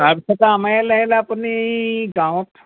তাৰপিছত আমাৰ আপুনি গাঁৱত